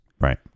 right